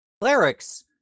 Clerics